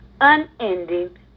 Unending